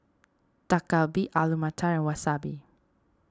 Dak Galbi Alu Matar and Wasabi